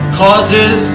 causes